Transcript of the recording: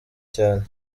cyane